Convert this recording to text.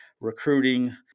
recruiting